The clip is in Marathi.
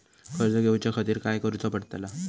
कर्ज घेऊच्या खातीर काय करुचा पडतला?